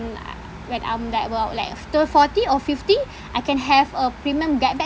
then ah when I'm like well like after forty or fifty I can have a premium get back